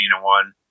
one